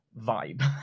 vibe